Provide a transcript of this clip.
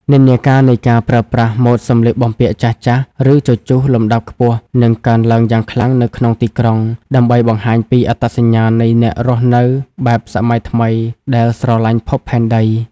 និន្នាការនៃការប្រើប្រាស់ "ម៉ូដសម្លៀកបំពាក់ចាស់ៗ ឬជជុះលំដាប់ខ្ពស់" នឹងកើនឡើងយ៉ាងខ្លាំងនៅក្នុងទីក្រុង ដើម្បីបង្ហាញពីអត្តសញ្ញាណនៃអ្នករស់នៅបែបសម័យថ្មីដែលស្រឡាញ់ភពផែនដី។